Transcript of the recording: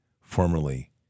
formerly